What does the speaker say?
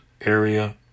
Area